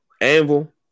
Anvil